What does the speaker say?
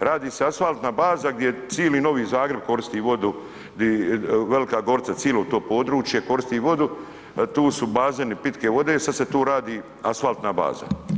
radi se asfaltna baza gdje cili Novi Zagreb koristi vodu Velika Gorica cilo to područje koristi vodu, tu su bazeni pitke vode, a sada se tu radi asfaltna baza.